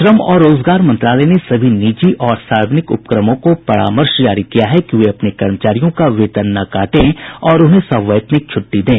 श्रम और रोजगार मंत्रालय ने सभी निजी और सार्वजनिक उपक्रमों को परामर्श जारी किया है कि वे अपने कर्मचारियों का वेतन न काटें और उन्हें सवैतनिक छूट्टी दें